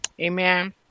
amen